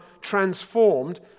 transformed